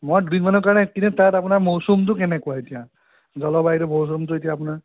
মই দুদিনমানৰ কাৰণে এক্টিভেট তাত আপোনাৰ মৌচুমটো কেনেকুৱা এতিয়া জলবায়ুটো মৌচুমটো এতিয়া আপোনাৰ